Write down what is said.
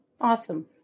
Awesome